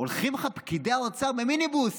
הולכים לך פקידי האוצר במיניבוס